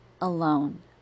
alone